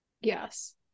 Yes